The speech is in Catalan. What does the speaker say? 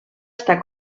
està